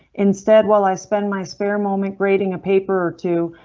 instead, while i spend my spare moment grading a paper or two.